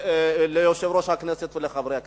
ליושב-ראש הכנסת ולחברי הכנסת.